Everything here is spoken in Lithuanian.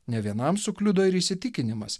nė vienam sukliudo ir įsitikinimas